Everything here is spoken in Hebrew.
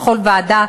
בכל ועדה.